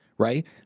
Right